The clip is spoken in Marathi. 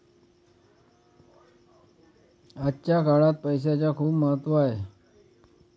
आजच्या काळात पैसाचे खूप महत्त्व आहे